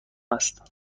است